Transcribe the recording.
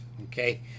okay